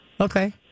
Okay